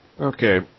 Okay